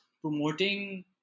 promoting